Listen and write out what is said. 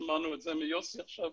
ושמענו את זה מיוסי עכשיו,